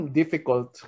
difficult